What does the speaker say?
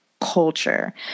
culture